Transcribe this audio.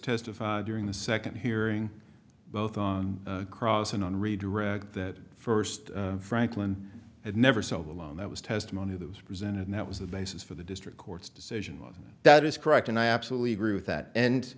testify during the second hearing both cross and on redirect that first franklin had never sold a loan that was testimony that was presented that was the basis for the district court's decision that is correct and i absolutely agree with that and